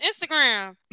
Instagram